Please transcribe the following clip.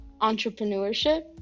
entrepreneurship